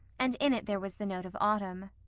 and in it there was the note of autumn.